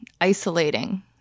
isolating